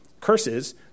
curses